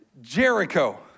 Jericho